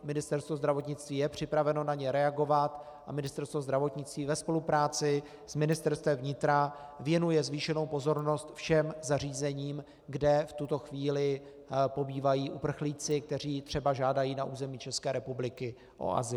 Ministerstvo zdravotnictví je připraveno na ně reagovat a Ministerstvo zdravotnictví ve spolupráci s Ministerstvem vnitra věnuje zvýšenou pozornost všem zařízením, kde v tuto chvíli pobývají uprchlíci, kteří třeba žádají na území České republiky o azyl.